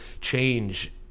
change